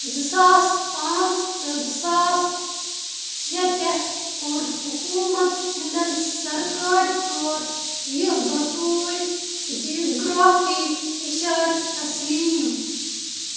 زٕ ساس پانٛژھ تہٕ زٕ ساس شےٚ پٮ۪ٹھ کوٚر حکوٗمت ہِنٛدن سرکٲرۍ طور یہِ بطوٗرۍ جِگرافی اِشارٕ تسلیٖم